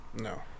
No